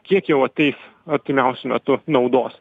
kiek jau ateis artimiausiu metu naudos